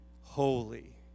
holy